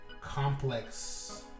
complex